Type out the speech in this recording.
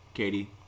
Katie